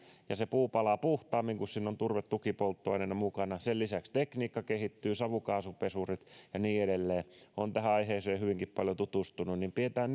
ja se puu palaa puhtaammin kun siinä on turve tukipolttoaineena mukana sen lisäksi tekniikka kehittyy savukaasupesurit ja niin edelleen olen tähän aiheeseen hyvinkin paljon tutustunut pidetään